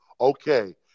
okay